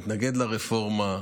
מתנגד לרפורמה,